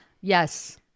yes